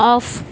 off